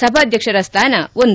ಸಭಾಧ್ಯಕ್ಷರ ಸ್ಥಾನ ಒಂದು